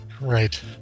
Right